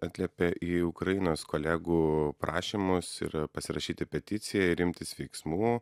atliepė į ukrainos kolegų prašymus ir pasirašyti peticiją ir imtis veiksmų